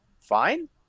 fine